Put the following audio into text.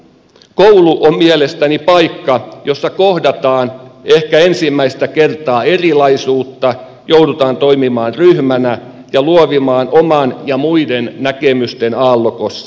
koulu on mielestäni paikka jossa kohdataan ehkä ensimmäistä kertaa erilaisuutta joudutaan toimimaan ryhmänä ja luovimaan oman ja muiden näkemysten aallokossa